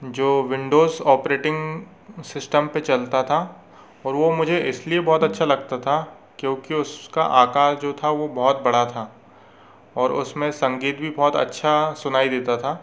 जो Windows operating system पर चलता था और वह मुझे इसलिए बहुत अच्छा लगता था क्योंकि उसका आकार जो था वह बहुत बड़ा था और उसमें संगीत भी बहुत अच्छा सुनाई देता था